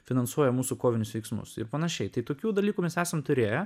finansuoja mūsų kovinius veiksmus ir panašiai tai tokių dalykų mes esam turėję